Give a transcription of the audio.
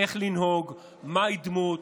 איך לנהוג, מהי דמות.